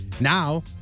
Now